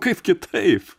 kaip kitaip